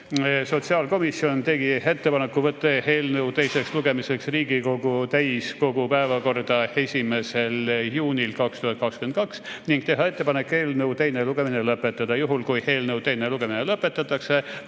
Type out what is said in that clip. sotsiaalkomisjon ettepaneku võtta eelnõu teiseks lugemiseks Riigikogu täiskogu päevakorda 1. juunil 2022, teha ettepanek eelnõu teine lugemine lõpetada ning juhul kui eelnõu teine lugemine lõpetatakse,